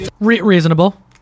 Reasonable